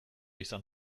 izan